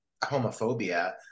homophobia